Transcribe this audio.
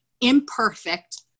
imperfect